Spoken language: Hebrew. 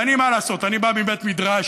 ואני, מה לעשות, אני בא מבית מדרש